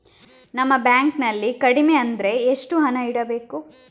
ನಮ್ಮ ಬ್ಯಾಂಕ್ ನಲ್ಲಿ ಕಡಿಮೆ ಅಂದ್ರೆ ಎಷ್ಟು ಹಣ ಇಡಬೇಕು?